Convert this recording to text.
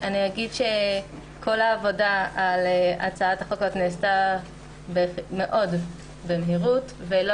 אגיד שכל העבודה על הצעת החוק הזאת נעשתה במהירות רבה מאוד ולא